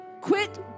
quit